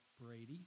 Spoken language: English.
Brady